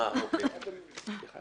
באיזה